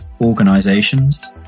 organizations